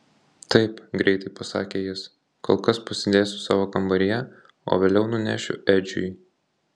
taip greitai pasakė jis kol kas pasidėsiu savo kambaryje o vėliau nunešiu edžiui